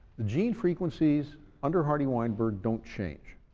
the gene frequencies under hardy-weinberg don't change.